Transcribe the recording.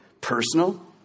Personal